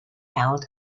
held